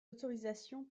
autorisations